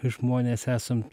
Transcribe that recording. žmonės esam